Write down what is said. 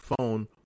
phone